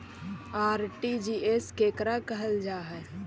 RTGS केकरा कहल जा है?